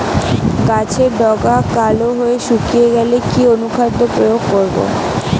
গাছের ডগা কালো হয়ে শুকিয়ে গেলে কি অনুখাদ্য প্রয়োগ করব?